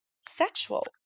sexual